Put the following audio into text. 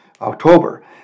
October